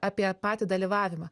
apie patį dalyvavimą